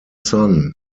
son